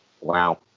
Wow